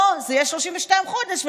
או שזה יהיה 32 חודש,